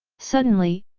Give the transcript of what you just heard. suddenly,